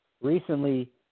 recently